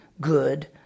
good